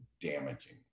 damaging